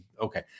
Okay